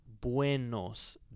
buenos